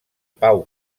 pau